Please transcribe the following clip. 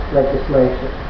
legislation